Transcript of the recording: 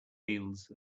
fields